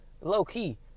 Low-key